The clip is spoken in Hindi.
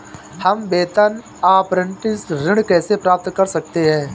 हम वेतन अपरेंटिस ऋण कैसे प्राप्त कर सकते हैं?